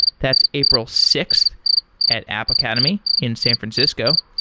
that's april sixth at app academy in san francisco,